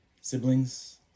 Siblings